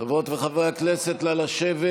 חברות וחברי הכנסת, נא לשבת.